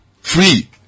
free